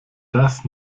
das